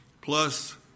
plus